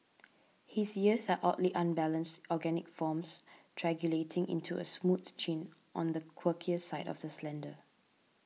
his ears are oddly unbalanced organic forms triangulating into a smooth chin on the quirkier side of the slender